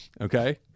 Okay